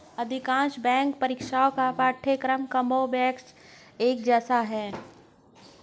अधिकांश बैंक परीक्षाओं का पाठ्यक्रम कमोबेश एक जैसा है